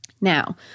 Now